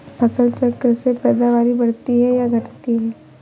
फसल चक्र से पैदावारी बढ़ती है या घटती है?